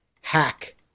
hack